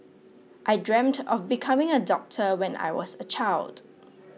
I dreamt of becoming a doctor when I was a child